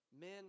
Men